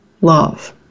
love